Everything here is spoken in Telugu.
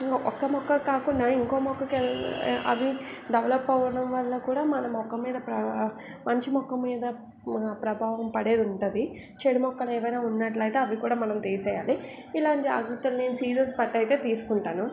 ఒక మొక్కకి కాకుండా ఇంకో మొక్కకి అవి డెవలెప్ అవ్వడం వలన కూడా మన మొక్క మీద ప్రా మంచి మొక్క మీద ప్రభావం పడేది ఉంటుంది చెడు మొక్కలు ఏవైనా ఉన్నట్లయితే అవి కూడా మనం తీసేయాలి ఇలా జాగ్రత్తలు నేను సీజన్స్ బట్టి అయితే తీసుకుంటాను